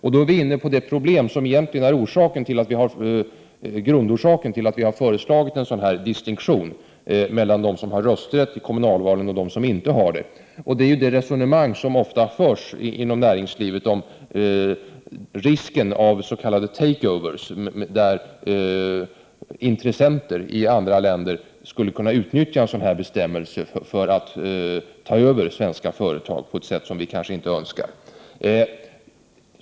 Då kommer vi in på det problem som egentligen är grundorsaken till att folkpartiet har föreslagit en sådan distinktion mellan dem som har rösträtt i kommunalvalen och dem som inte har det, nämligen det resonemang som ofta förs inom näringslivet om risken av s.k. take-overs, dvs. intressenter i andra länder som skulle kunna utnyttja en sådan bestämmelse för att ta över svenska företag på ett sätt som vi i Sverige kanske inte önskar.